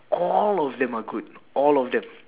all of them are good all of them